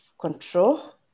control